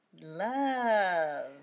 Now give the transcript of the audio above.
Love